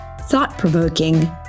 thought-provoking